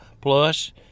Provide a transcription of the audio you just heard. Plus